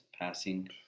passing